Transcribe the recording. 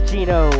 Gino